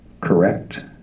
correct